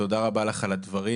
תודה רבה לך על הדברים.